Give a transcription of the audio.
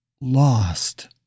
lost